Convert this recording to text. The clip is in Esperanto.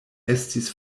estis